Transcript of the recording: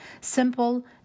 simple